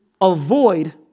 avoid